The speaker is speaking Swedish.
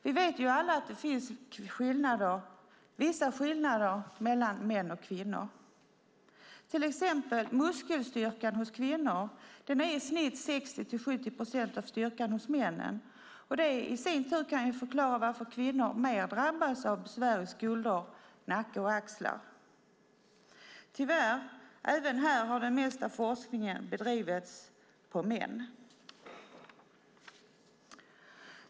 Vi vet alla att det finns vissa skillnader mellan män och kvinnor. Exempelvis muskelstyrkan hos kvinnor är i snitt 60-70 procent av männens muskelstyrka. Det i sin tur kan förklara varför kvinnor drabbas mer av besvär i skuldror, nacke och axlar. Tyvärr har det mesta av forskningen även här bedrivits på män.